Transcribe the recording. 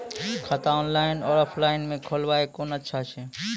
खाता ऑनलाइन और ऑफलाइन म खोलवाय कुन अच्छा छै?